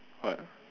what